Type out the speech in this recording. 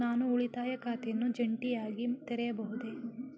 ನಾನು ಉಳಿತಾಯ ಖಾತೆಯನ್ನು ಜಂಟಿಯಾಗಿ ತೆರೆಯಬಹುದೇ?